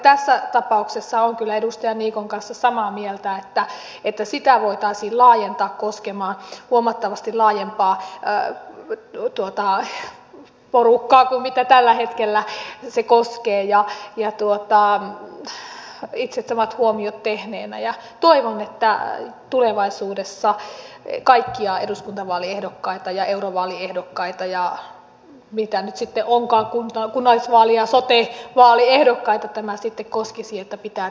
tässä tapauksessa olen kyllä edustaja niikon kanssa samaa mieltä että sitä voitaisiin laajentaa koskemaan huomattavasti laajempaa porukkaa kuin mitä se tällä hetkellä se koskee itse samat huomiot tehneenä ja toivon että tulevaisuudessa kaikkia eduskuntavaaliehdokkaita ja eurovaaliehdokkaita ja mitä nyt sitten onkaan kunnallisvaali ja sotevaaliehdokkaita tämä sitten koskisi että pitää tehdä vaalirahoitusilmoitus